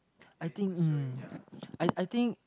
I think um I I think